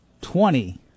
Twenty